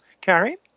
Carrie